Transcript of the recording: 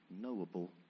knowable